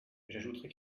j’ajouterai